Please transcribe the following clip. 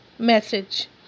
Message